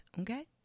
Okay